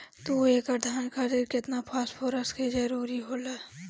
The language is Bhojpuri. दु एकड़ धान खातिर केतना फास्फोरस के जरूरी होला?